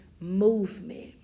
movement